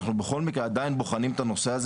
אנחנו בכל מקרה עדיין בוחנים את הנושא הזה